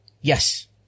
yes